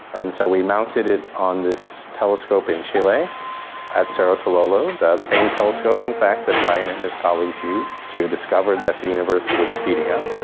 and so we mounted it on this telescope in chile at cerro tololo, the same telescope in fact that brian and his colleagues used to discover that the universe was speeding up.